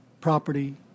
property